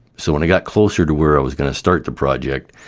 so when i got closer to where i was going to start the project,